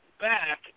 back